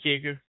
kicker